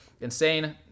insane